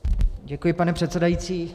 Děkuji, pane předsedající.